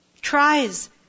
tries